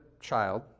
child